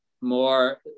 more